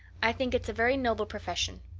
i think it's a very noble profession.